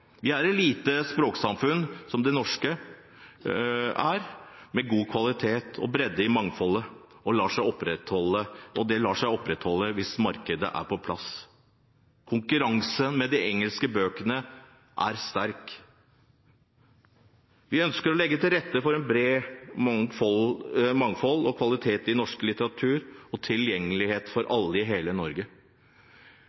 norske språksamfunnet er lite, med god kvalitet, bredde og mangfold. Det lar seg opprettholde hvis markedet er på plass. Konkurransen med de engelske bøkene er sterk. Vi ønsker å legge til rette for bredde, mangfold og kvalitet i norsk litteratur og tilgjengelighet for